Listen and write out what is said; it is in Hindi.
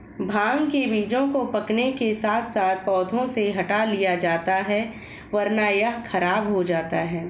भांग के बीजों को पकने के साथ साथ पौधों से हटा लिया जाता है वरना यह खराब हो जाता है